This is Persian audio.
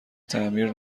تعمیر